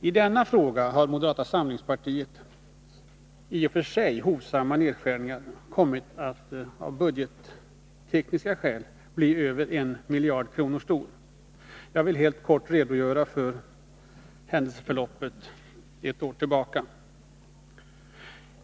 I denna fråga har moderata samlingspartiets i och för sig hovsamma nedskärning kommit att av budgettekniska skäl bli över en miljard kronor. Jag vill helt kort redogöra för händelseförloppet under det senaste året.